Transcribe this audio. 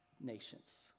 nations